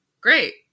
great